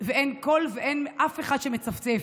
ואין קול ואין אף אחד שמצפצף,